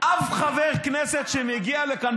אף חבר כנסת שמגיע לכאן,